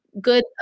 Good